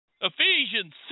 Ephesians